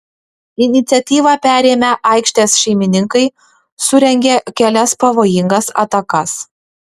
iniciatyvą perėmę aikštės šeimininkai surengė kelias pavojingas atakas